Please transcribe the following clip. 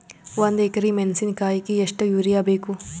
ಒಂದ್ ಎಕರಿ ಮೆಣಸಿಕಾಯಿಗಿ ಎಷ್ಟ ಯೂರಿಯಬೇಕು?